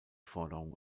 forderung